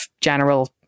general